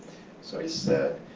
so he said,